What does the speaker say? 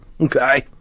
okay